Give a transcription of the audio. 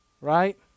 right